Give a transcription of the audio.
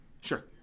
Sure